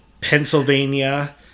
Pennsylvania